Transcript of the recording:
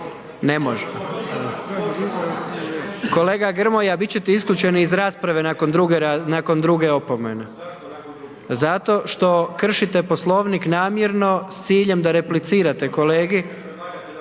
ne može. Kolega Grmoja bit ćete isključeni iz rasprave nakon druge opomene. … /Upadica se ne razumije./ … Zato što kršite Poslovnik namjerno s ciljem da replicirate kolegi.